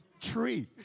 tree